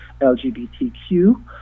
LGBTQ